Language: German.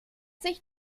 sich